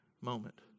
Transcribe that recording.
moment